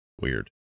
weird